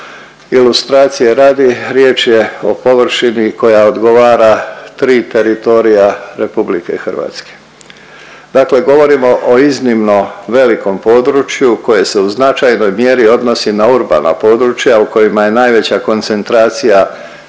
Ilustracije radi riječ je površini koja odgovara 3 teritorija RH, dakle govorimo o iznimno velikom području koje se u značajnoj mjeri odnosi na urbana područja u kojima je najveća koncentracija